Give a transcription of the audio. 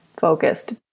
focused